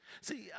See